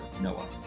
Noah